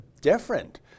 different